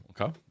Okay